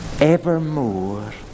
evermore